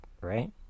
right